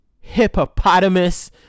hippopotamus